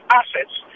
assets